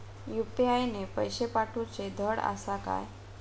UPI ने पैशे पाठवूचे धड आसा काय?